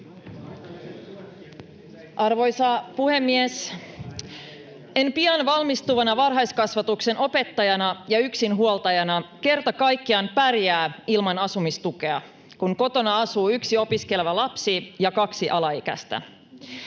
Arvoisa puhemies! "En pian valmistuvana varhaiskasvatuksen opettajana ja yksinhuoltajana kerta kaikkiaan pärjää ilman asumistukea, kun kotona asuu yksi opiskeleva lapsi ja kaksi alaikäistä.